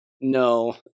no